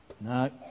no